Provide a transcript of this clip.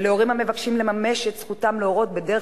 ולהורים המבקשים לממש את זכותם להורות בדרך